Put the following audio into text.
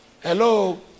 Hello